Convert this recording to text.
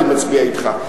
הייתי מצביע אתך.